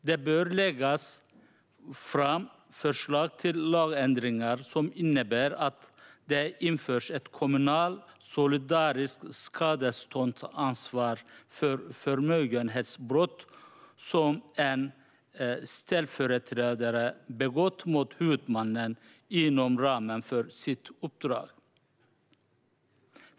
Det bör läggas fram förslag till lagändringar som innebär att det införs ett kommunalt solidariskt skadeståndsansvar för förmögenhetsbrott som en ställföreträdare begått mot huvudmannen inom ramen för sitt uppdrag.